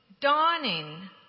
dawning